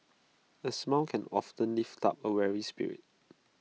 A smile can often lift up A weary spirit